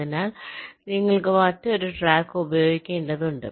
അതിനാൽ നിങ്ങൾ മറ്റൊരു ട്രാക്ക് ഉപയോഗിക്കേണ്ടതുണ്ട്